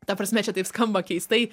ta prasme čia taip skamba keistai